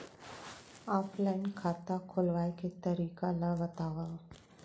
Offline खाता खोलवाय के तरीका ल बतावव?